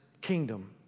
kingdom